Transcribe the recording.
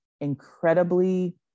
incredibly